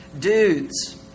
Dudes